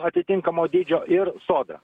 atitinkamo dydžio ir sodra